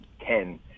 ten